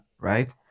right